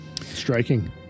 Striking